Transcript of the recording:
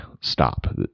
stop